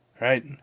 right